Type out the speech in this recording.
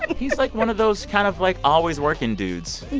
he's, like, one of those kind of, like, always working dudes.